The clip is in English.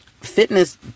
fitness